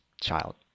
child